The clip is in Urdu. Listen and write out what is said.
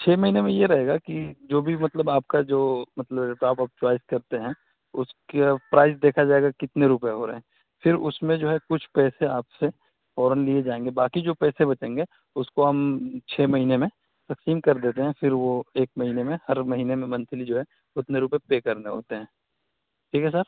چھ مہینے میں یہ رہے گا کہ جو بھی مطلب آپ کا جو مطلب لیپ ٹاپ آپ چوائس کرتے ہیں اس کا پرائز دیکھا جائے گا کتنے روپئے ہو رہے ہیں پھر اس میں جو ہے کچھ پیسے آپ سے فوراً لیے جائیں گے باکی جو پیسے بچیں گے اس کو ہم چھ مہینے میں تقسیم کر دیتے ہیں پھر وہ ایک مہینے میں ہر مہینے میں منتھلی جو ہے اتنے روپئے پے کرنے ہوتے ہیں ٹھیک ہے سر